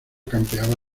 campeaba